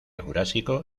jurásico